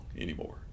anymore